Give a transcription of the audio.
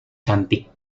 cantik